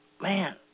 man